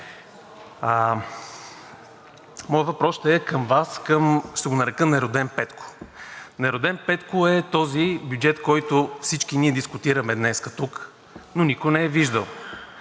Моя въпрос към Вас ще го нарека нероден Петко: нероден Петко е този бюджет, който всички ние дискутираме днес тук, но никой не е виждал.